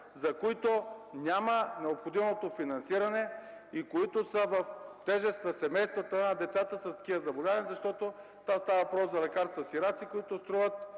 за които няма необходимото финансиране и които са в тежест на семействата на децата с такива заболявания, защото там става въпрос за „лекарства-сираци”, които струват,